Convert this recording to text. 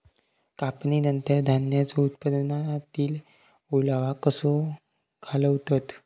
कापणीनंतर धान्यांचो उत्पादनातील ओलावो कसो घालवतत?